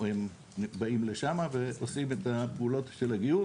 באים לשם ועושים את הפעולות של הגיור,